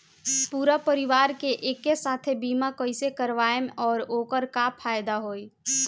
पूरा परिवार के एके साथे बीमा कईसे करवाएम और ओकर का फायदा होई?